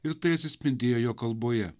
ir tai atsispindėjo jo kalboje